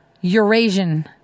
Eurasian